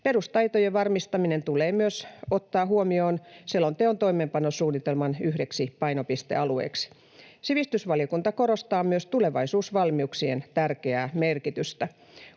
Perustaitojen varmistaminen tulee myös ottaa huomioon selonteon toimeenpanosuunnitelman yhdeksi painopistealueeksi. Sivistysvaliokunta korostaa myös tulevaisuusvalmiuksien tärkeää merkitystä.